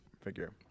figure